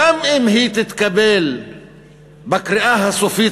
גם אם היא תתקבל בקריאה הסופית,